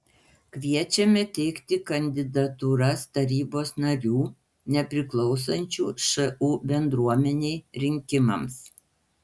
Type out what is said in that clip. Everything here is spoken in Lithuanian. kviečiame teikti kandidatūras tarybos narių nepriklausančių šu bendruomenei rinkimams